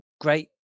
great